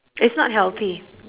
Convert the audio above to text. it's not healthy